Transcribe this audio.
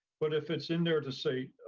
but if it's in there to say,